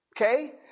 Okay